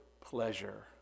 pleasure